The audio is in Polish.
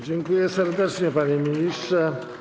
Dziękuję serdecznie, panie ministrze.